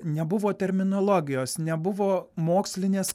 nebuvo terminologijos nebuvo mokslinės